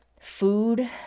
food